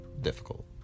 difficult